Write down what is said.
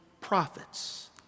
prophets